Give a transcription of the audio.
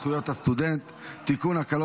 אני קובע כי הצעת חוק זכויות הסטודנט (תיקון,